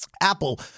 Apple